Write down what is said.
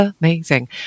amazing